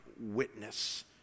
witness